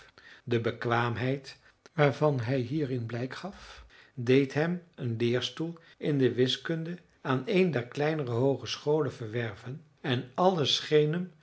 de bekwaamheid waarvan hij hierin blijk gaf deed hem een leerstoel in de wiskunde aan een der kleinere hoogescholen verwerven en alles